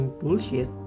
bullshit